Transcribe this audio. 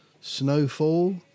Snowfall